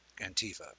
Antifa